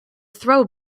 throw